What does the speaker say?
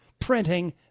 Printing